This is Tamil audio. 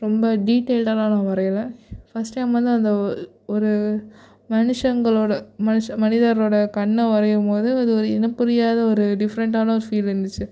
ரொம்ப டீட்டெயில்டானாலாம் நான் வரையலை ஃபர்ஸ்ட் டைம் வந்து அந்த ஒரு ஒரு மனுஷங்களோடய மனுஷ மனிதரோடு கண்ணை வரையும்போது அது ஒரு இனம் புரியாத ஒரு டிஃப்ரெண்டான ஒரு ஃபீல் இருந்துச்சு